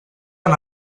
han